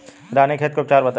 रानीखेत के उपचार बताई?